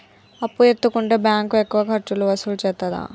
అప్పు ఎత్తుకుంటే బ్యాంకు ఎక్కువ ఖర్చులు వసూలు చేత్తదా?